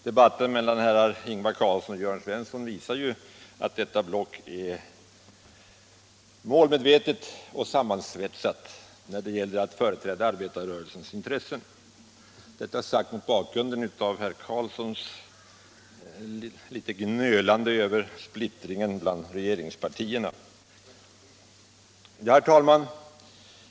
Debatten mellan herrar Ingvar Carlsson och Jörn Svensson visar ju att detta block är målmedvetet och sammansvetsat när det gäller att företräda arbetarrörelsens intressen, detta sagt mot bakgrund av herr Carlssons litet gnöliga tal om splittringen inom regeringspartierna. Herr talman!